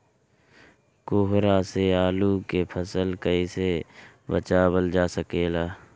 कोहरा से आलू के फसल कईसे बचावल जा सकेला?